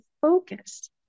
focused